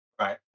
Right